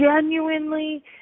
genuinely